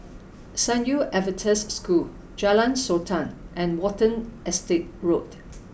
San Yu Adventist School Jalan Sultan and Watten Estate Road